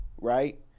right